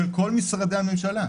של כל משרדי הממשלה.